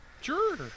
sure